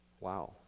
Wow